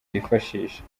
bifashisha